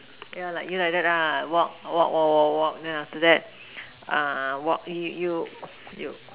yeah like you like that walk walk walk walk walk then after that err walk you you you